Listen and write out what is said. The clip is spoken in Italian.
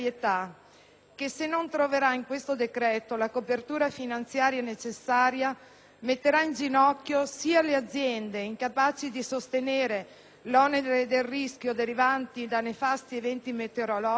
se non si troverà in questo decreto la copertura finanziaria necessaria, metterà in ginocchio sia le aziende incapaci di sostenere gli oneri del rischio derivanti dai nefasti eventi meteorologici,